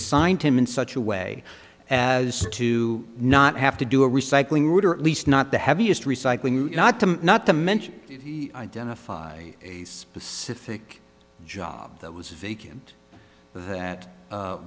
assigned him in such a way as to not have to do a recycling route or at least not the heaviest recycling not to not to mention identify a specific job that was